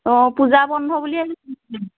অঁ পূজা বন্ধ বুলি